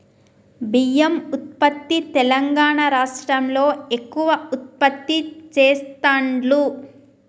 బియ్యం ఉత్పత్తి తెలంగాణా రాష్ట్రం లో ఎక్కువ ఉత్పత్తి చెస్తాండ్లు